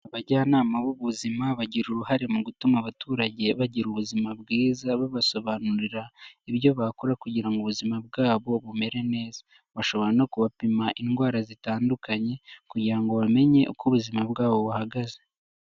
Abajyanama b'ubuzima bagira uruhare mu gutuma abaturage bagira ubuzima bwiza, babasobanurira ibyo bakora kugira ngo ubuzima bwabo bumere neza, bashobora no kubapima indwara zitandukanye kugira ngo bamenye uko ubuzima bwabo buhagaze.